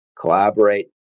collaborate